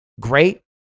great